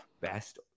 best